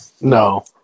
no